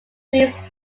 greens